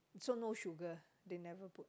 so no sugar they never put